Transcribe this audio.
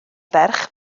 ferch